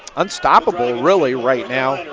unstoppable, really right now,